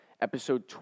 episode